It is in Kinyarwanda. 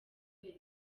wese